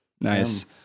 nice